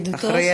ואחריה?